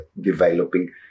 developing